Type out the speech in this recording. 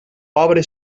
pobre